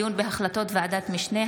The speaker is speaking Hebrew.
(דיון בהחלטות ועדת משנה),